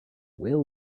will